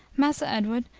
massa edward,